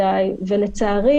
אז (ג) נשאר: "(ג) ...יצרף לבקשה דוח ופרטים